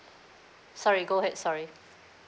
sorry go ahead sorry